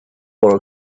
for